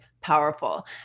powerful